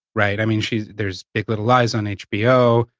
right? i mean, she's, there's big little lies on hbo,